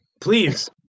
please